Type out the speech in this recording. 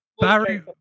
barry